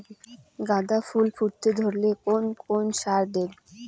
গাদা ফুল ফুটতে ধরলে কোন কোন সার দেব?